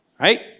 Right